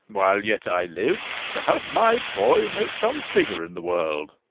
while yet i live, to have my boy make some figure in the world.